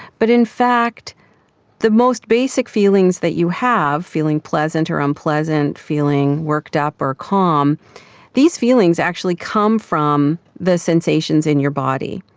but in fact the most basic feelings that you have feeling pleasant or unpleasant, feeling worked up or calm these feelings actually come from the sensations in your body.